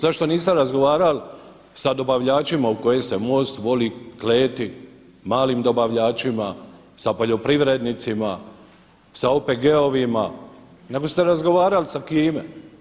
Zašto niste razgovarali sa dobavljačima u koje se MOST voli kleti malim dobavljačima, sa poljoprivrednicima, sa OPG-ovima nego ste razgovarli sa kime?